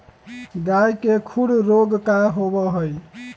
गाय के खुर रोग का होबा हई?